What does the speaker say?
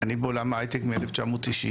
אני בעולם ההייטק מ-1990,